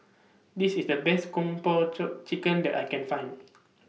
This IS The Best Kung Po Chicken that I Can Find